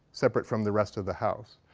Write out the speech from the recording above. separate from the rest of the house.